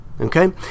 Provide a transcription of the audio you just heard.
okay